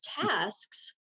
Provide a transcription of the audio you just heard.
tasks